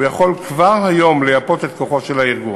הוא יכול כבר היום לייפות את כוחו של הארגון.